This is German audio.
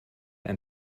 ein